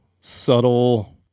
subtle